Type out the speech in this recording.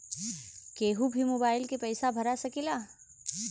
कन्हू भी मोबाइल के पैसा भरा सकीला?